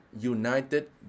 united